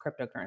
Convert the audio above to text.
cryptocurrency